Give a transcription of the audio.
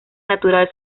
natural